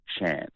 chance